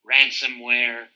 ransomware